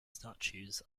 statues